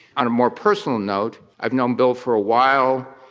on a more personal note, i have known bill for a while.